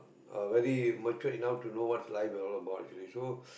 are very matured enough to know what's life and all about ready so